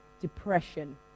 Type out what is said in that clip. depression